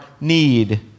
need